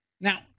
Now